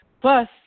Plus